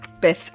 Beth